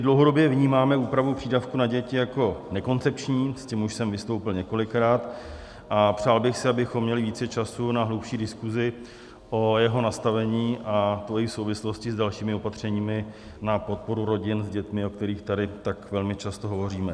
Dlouhodobě vnímáme úpravu přídavků na děti jako nekoncepční, s tím už jsem vystoupil několikrát, a přál bych si, abychom měli více času na hlubší diskuzi o jeho nastavení, a to i v souvislosti s dalšími opatřeními na podporu rodin s dětmi, o kterých tady tak velmi často hovoříme.